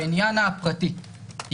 בעניין הפרטי,